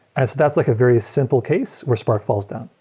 and that's like a very simple case where spark falls down.